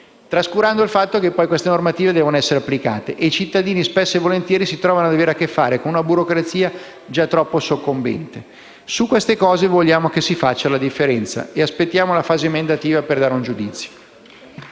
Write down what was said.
trascurando il fatto che poi queste normative devono essere applicate. E i cittadini, spesso e volentieri, si trovano ad avere a che fare con una burocrazia già troppo soccombente. Su queste cose vogliamo che si faccia la differenza; aspettiamo la fase emendativa per esprimere un giudizio.